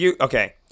Okay